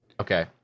Okay